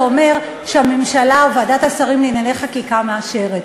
הנמקה מהמקום זה אומר שהממשלה או ועדת השרים לענייני חקיקה מאשרת.